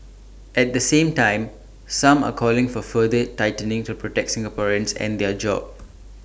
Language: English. at the same time some are calling for further tightening to protect Singaporeans and their jobs